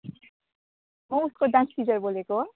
म उसको dance teacher बोलेको